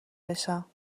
بشم